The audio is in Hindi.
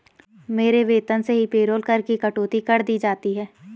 मेरे वेतन से ही पेरोल कर की कटौती कर दी जाती है